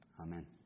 Amen